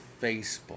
Facebook